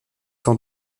sans